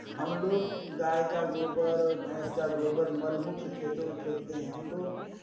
हम लोग गाय का गोबर और भैंस का गोबर मल मूत्र खेतों में फेंकते हैं हम लोग